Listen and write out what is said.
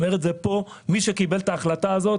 מי שקיבל את ההחלטה הזאת